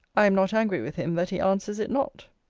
i am not angry with him that he answers it not.